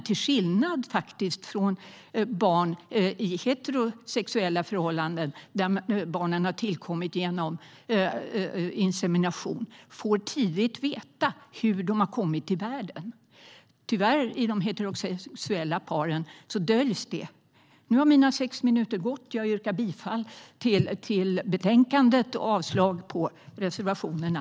Till skillnad från barn i heterosexuella förhållanden som har tillkommit genom insemination får barn till ensamstående som tillkommit genom insemination tidigt veta hur de har kommit till världen. Tyvärr döljs detta inom de heterosexuella paren. Jag yrkar bifall till utskottets förslag i betänkandet och avslag på reservationerna.